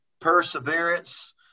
perseverance